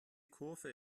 kurve